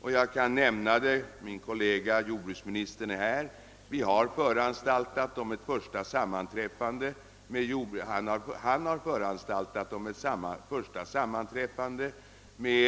Och jag kan nämna — min kollega jordbruksministern är här — att jordbruksministern har föranstaltat om ett första sammanträffande med